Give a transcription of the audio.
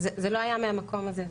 זה לא היה מהמקום הזה.